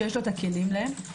שלישית,